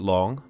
Long